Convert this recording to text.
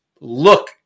look